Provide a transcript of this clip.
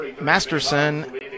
Masterson